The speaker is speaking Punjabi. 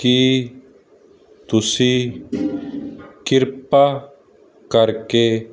ਕੀ ਤੁਸੀਂ ਕਿਰਪਾ ਕਰਕੇ